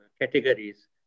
categories